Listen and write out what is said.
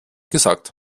gesagt